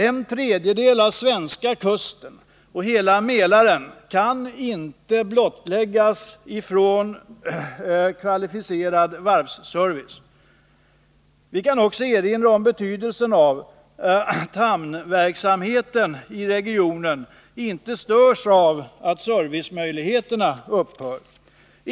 En tredjedel av den svenska kusten och hela Mälaren kan inte blottläggas från kvalificerad varvsservice. Vi kan också erinra om betydelsen av att hamnverksamheten i regionen inte störs av att servicemöjligheterna upphör.